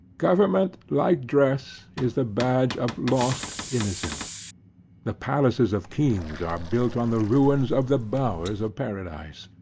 government, like dress, is the badge of lost innocence the palaces of kings are built on the ruins of the bowers of paradise.